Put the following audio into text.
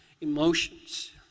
emotions